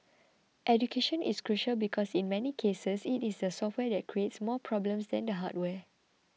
education is crucial because in many cases it is the software that creates more problems than the hardware